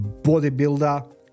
bodybuilder